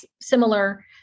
similar